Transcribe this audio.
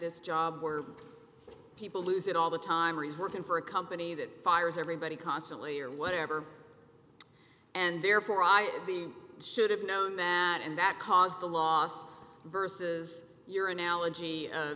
this job where people lose it all the time or is working for a company that fires everybody constantly or whatever and therefore i am being should have known that and that caused the loss versus your analogy